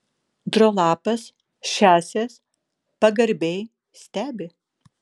drolapas šiąsias pagarbiai stebi